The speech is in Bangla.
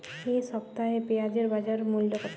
এ সপ্তাহে পেঁয়াজের বাজার মূল্য কত?